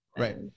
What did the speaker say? Right